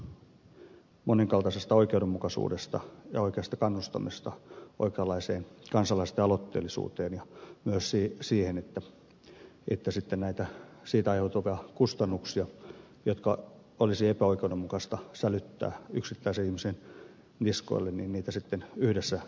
tässä on kysymys monenkaltaisesta oikeudenmukaisuudesta ja oikeasta kannustamisesta oikeanlaiseen kansalaisten aloitteellisuuteen ja myös siihen että näitä siitä aiheutuvia kustannuksia jotka olisi epäoikeudenmukaista sälyttää yksittäisen ihmisen niskoille niitä sitten yhdessä kannetaan